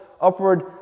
upward